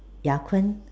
ya Kun